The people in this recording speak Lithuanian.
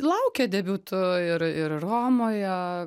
laukia debiutų ir ir romoje